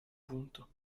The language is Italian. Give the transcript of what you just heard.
punto